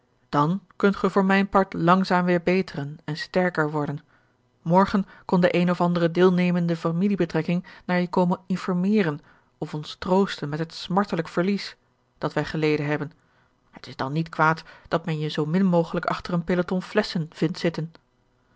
dan kunt ge voor mijn part langzaam weer beteren en sterker worden morgen kon de eene of andere deelnemende familiebetrekking naar je komen informeren of ons troosten met het smartelijk verlies dat wij geleden hebben het is dan niet kwaad dat men je zoo min mogelijk achter een peloton flesschen vindt zitten